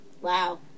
Wow